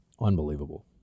Unbelievable